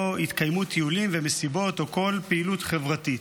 לא יתקיימו טיולים ומסיבות או כל פעילות חברתית.